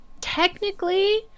Technically